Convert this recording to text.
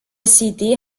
city